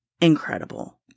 incredible